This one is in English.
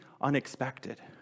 unexpected